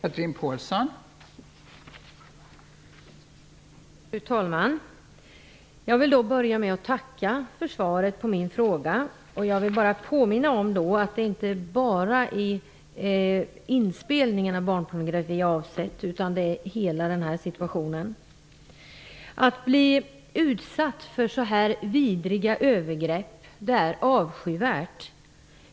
Fru talman! Jag vill börja med att tacka för svaret på min fråga. Jag vill påminna om att den inte bara avser inspelning av barnpornografi utan hela situationen. Att bli utsatt för så vidriga övergrepp är avskyvärt.